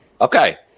okay